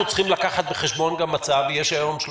אנחנו צריכים גם לקחת בחשבון שיש היום יותר